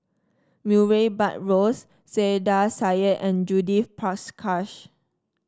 Murray Buttrose Saiedah Said and Judith Prakash